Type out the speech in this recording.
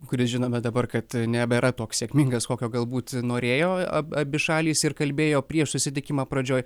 kuris žinome dabar kad nebėra toks sėkmingas kokio galbūt norėjo abi šalys ir kalbėjo prieš susitikimą pradžioj